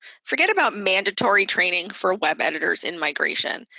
forget about mandatory training for web editors in migration.